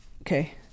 Okay